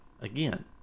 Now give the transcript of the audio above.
Again